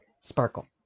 sparkle